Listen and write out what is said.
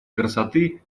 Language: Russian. красоты